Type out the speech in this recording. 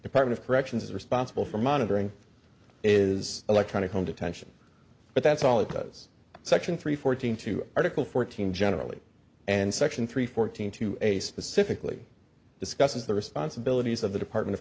department of corrections is responsible for monitoring is electronic home detention but that's all it does section three fourteen to article fourteen generally and section three fourteen two a specifically discusses the responsibilities of the department of